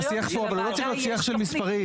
זה לא צריך להיות שיח של מספרי.